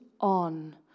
on